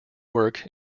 work